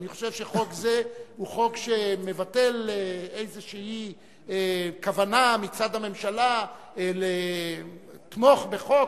אני חושב שחוק זה הוא חוק שמבטל איזו כוונה מצד הממשלה לתמוך בחוק